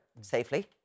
safely